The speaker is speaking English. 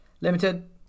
limited